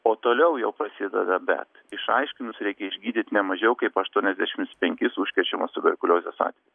o toliau jau prasideda bet išaiškinus reikia išgydyt ne mažiau kaip aštuoniasdešimts penkis užkrečiamos tuberkuliozės atvejus